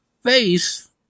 face